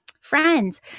friends